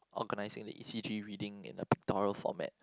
organizing the E_C_G reading in a pictorial format